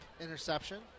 interception